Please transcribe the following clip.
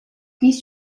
prix